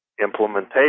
Implementation